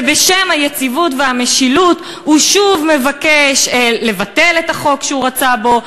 ובשם היציבות והמשילות הוא שוב מבקש לבטל את החוק שהוא רצה בו,